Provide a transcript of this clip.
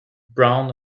brown